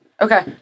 Okay